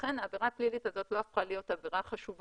לכן העבירה הפלילית הזאת לא הפכה להיות עבירה חשובה